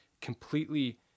completely